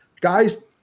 guys